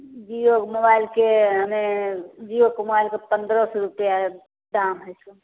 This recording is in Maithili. जिओ मोबाइलके मने जिओके मोबाइलके पनरह सओ रुपैआ दाम होइ छै